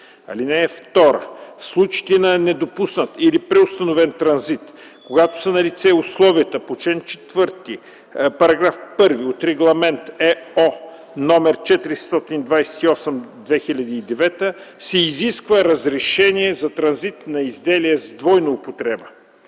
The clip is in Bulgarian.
транзита. (2) В случаите на недопуснат или преустановен транзит, когато са налице условията по чл. 4, параграф 1 от Регламент (ЕО) № 428/2009, се изисква разрешение за транзит на изделия с двойна употреба.